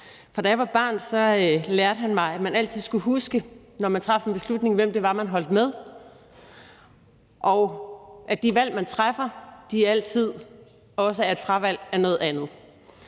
da jeg var barn, lærte han mig, at man altid skulle huske, når man traf en beslutning, hvem det var, man holdt med, og at de valg, man træffer, altid også er et fravalg af noget andet.